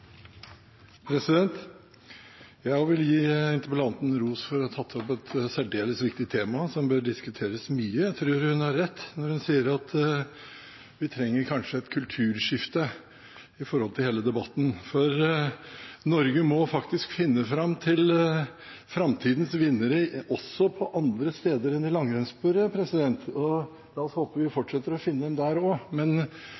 Jeg vil gi interpellanten ros for å ha tatt opp et særdeles viktig tema, som bør diskuteres mye. Jeg tror hun har rett når hun sier at vi kanskje trenger et kulturskifte i hele debatten, for Norge må faktisk finne fram til framtidas vinnere også på andre steder enn i langrennssporet. La oss håpe at vi